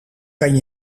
kan